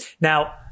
Now